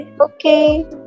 Okay